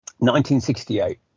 1968